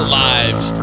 lives